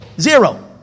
Zero